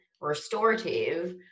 restorative